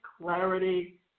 clarity